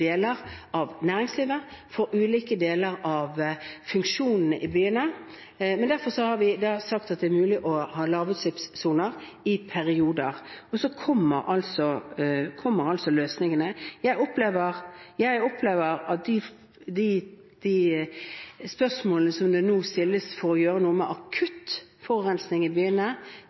deler av næringslivet, for ulike deler av funksjonene i byene. Derfor har vi da sagt at det er mulig å ha lavutslippssoner i perioder – og så kommer altså løsningene. Jeg opplever at de spørsmålene som nå stilles, om å gjøre noe med akutt forurensning i